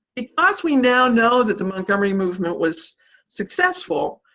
because we now know that the montgomery movement was successful,